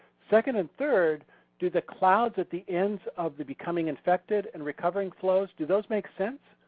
second and third do the clouds at the ends of the becoming infected and recovering flows, do those make sense?